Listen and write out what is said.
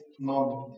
moment